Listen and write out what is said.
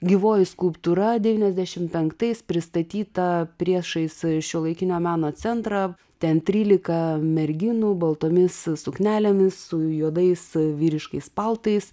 gyvoji skulptūra devyniasdešim penktais pristatyta priešais šiuolaikinio meno centrą ten trylika merginų baltomis suknelėmis su juodais vyriškais paltais